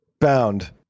Bound